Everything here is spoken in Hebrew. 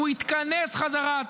הוא יתכנס חזרה.